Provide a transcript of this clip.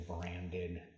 branded